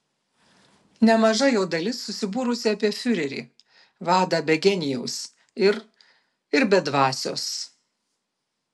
nemaža jo dalis susibūrusi apie fiurerį vadą be genijaus ir ir be dvasios